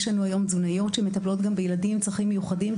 יש לנו היום תזונאיות שמטפלות גם בילדים עם צרכים מיוחדים,